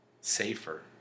safer